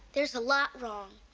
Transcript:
there's a lot wrong.